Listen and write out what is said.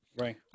right